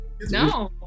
No